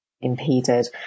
impeded